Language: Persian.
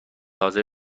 حاضر